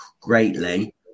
greatly